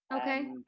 Okay